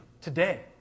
today